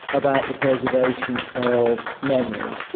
about the preservation of memory.